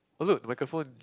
oh look the microphone